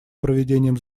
проведением